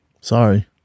Sorry